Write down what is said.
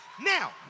now